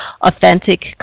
authentic